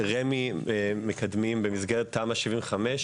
רמ"י מקדמת במסגרת תמ"א 75,